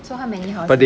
so how many houses